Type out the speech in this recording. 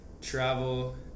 travel